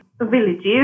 villages